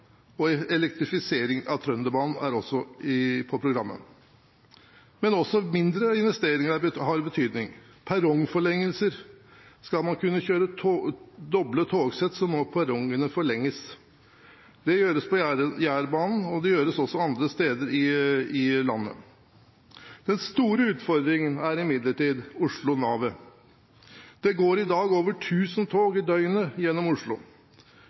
og elektrifisering av Trønderbanen er også på programmet. Men også mindre investeringer har betydning, som f.eks. perrongforlengelser. Skal man kunne kjøre doble togsett, må perrongene forlenges. Det gjøres på Jærbanen, og det gjøres også andre steder i landet. Den store utfordringen er imidlertid Oslo-Navet. Det går i dag over tusen tog i døgnet gjennom Oslo.